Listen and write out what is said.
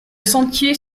sentier